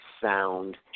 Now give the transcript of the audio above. sound